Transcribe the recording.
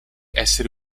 esseri